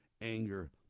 anger